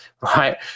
right